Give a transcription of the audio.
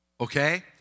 Okay